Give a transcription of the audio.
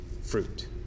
fruit